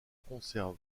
conserve